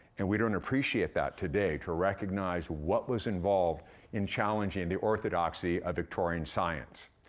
and we don't appreciate that today, to recognize what was involved in challenging and the orthodoxy of victorian science.